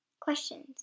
Questions